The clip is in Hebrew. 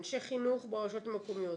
אנשי חינוך ברשויות המקומיות,